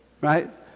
Right